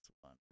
one